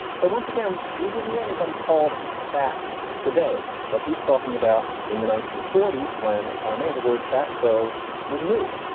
so once again, we wouldn't hear anybody called fat today, but he's talking about in the nineteen forty s when, if i may, the word fat. so was new.